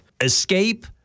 Escape